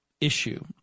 issue